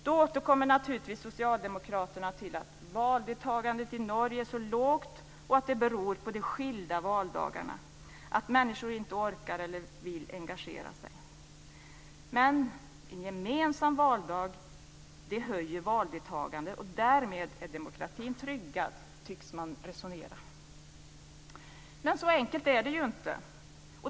Då återkommer naturligtvis socialdemokraterna till att valdeltagandet i Norge är så lågt och att det beror på de skilda valdagarna, att människor inte orkar eller vill engagera sig. Men en gemensam valdag höjer valdeltagandet, och därmed är demokratin tryggad, tycks man resonera. Så enkelt är det inte.